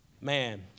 Man